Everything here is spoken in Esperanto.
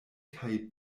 kaj